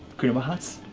queen of hearts?